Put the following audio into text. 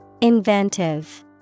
Inventive